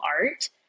Art